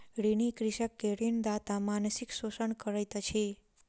ऋणी कृषक के ऋणदाता मानसिक शोषण करैत अछि